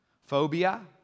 Phobia